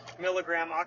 milligram